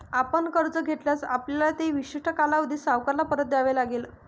आपण कर्ज घेतल्यास, आपल्याला ते विशिष्ट कालावधीत सावकाराला परत द्यावे लागेल